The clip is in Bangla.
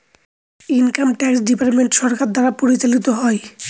ইনকাম ট্যাক্স ডিপার্টমেন্ট সরকারের দ্বারা পরিচালিত হয়